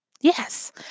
Yes